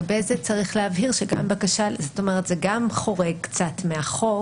צריך להבהיר שזה גם חורג קצת מהחוק,